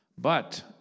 But